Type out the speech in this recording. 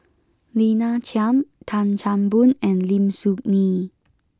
Lina Chiam Tan Chan Boon and Lim Soo Ngee